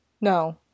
no